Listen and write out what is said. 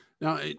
now